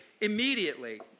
immediately